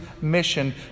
mission